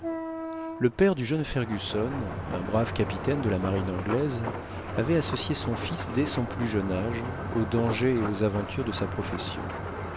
le père du jeune fergusson un brave capitaine de la marine anglaise avait associé son fils dès son plus jeune âge aux dangers et aux aventures de sa profession